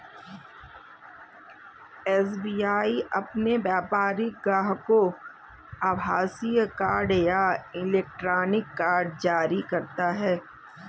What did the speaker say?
SBI अपने व्यापारिक ग्राहकों को आभासीय कार्ड या इलेक्ट्रॉनिक कार्ड जारी करता है